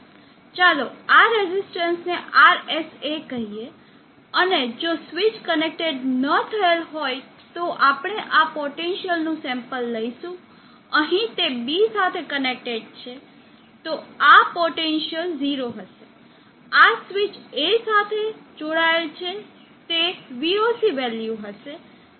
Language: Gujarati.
ચાલો આ રેઝિસ્ટરને Rsa કહીએ અને જો સ્વીચ કનેક્ટ ન થયેલ હોય તો આપણે આ પોટેન્સિઅલનું સેમ્પલ લઈશું અહીં તે B સાથે કનેક્ટેડ છે તો આ પોટેન્સિઅલ 0 હશે આ સ્વીચ A સાથે જોડાયેલ છે તે voc વેલ્યુ હશે